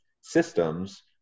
systems